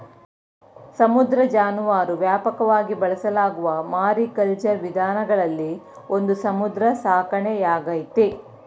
ಸಮುದ್ರ ಜಾನುವಾರು ವ್ಯಾಪಕವಾಗಿ ಬಳಸಲಾಗುವ ಮಾರಿಕಲ್ಚರ್ ವಿಧಾನಗಳಲ್ಲಿ ಒಂದು ಸಮುದ್ರ ಸಾಕಣೆಯಾಗೈತೆ